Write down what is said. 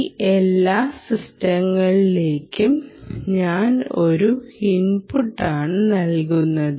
ഈ എല്ലാ സിസ്റ്റങ്ങളിലേക്കും ഞാൻ ഒരു ഇൻപുട്ടാണ് നൽകുന്നത്